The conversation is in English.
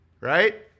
right